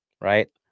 right